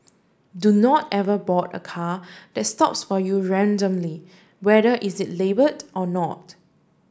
do not ever board a car that stops for you randomly whether is it labelled or not